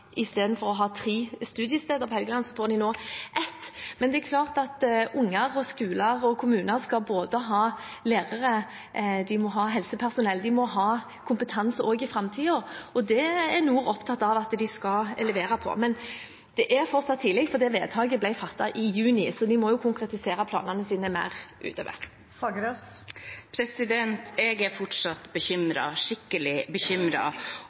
å ha tre studiesteder på Helgeland får de nå ett. Men det er klart at unger, skoler og kommuner skal ha lærere, helsepersonell og kompetanse også i framtiden, og det er Nord universitet opptatt av at de skal levere på. Men det er fortsatt tidlig, for vedtaket ble fattet i juni, så de må jo konkretisere planene sine mer utover. Mona Fagerås – til oppfølgingsspørsmål. Jeg er fortsatt bekymret – skikkelig